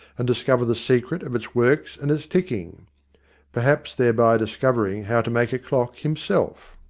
and discover the secret of its works and its ticking perhaps thereby discovering how to make a clock himself.